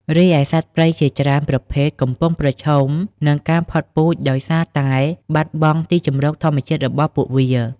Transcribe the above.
រីឯសត្វព្រៃជាច្រើនប្រភេទកំពុងប្រឈមនឹងការផុតពូជដោយសារតែបាត់បង់ទីជម្រកធម្មជាតិរបស់ពួកវា។